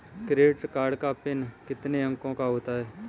Credit card का PIN कितने अंकों का होता है?